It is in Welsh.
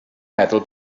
meddwl